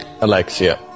Alexia